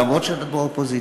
למרות שאת באופוזיציה.